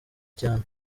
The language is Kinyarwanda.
cyane